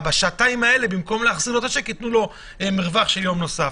ובשעתיים האלה במקום להחזיר לו את השיק ייתנו לו מרווח של יום נוסף.